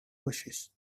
wishes